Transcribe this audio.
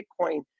Bitcoin